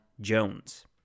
Jones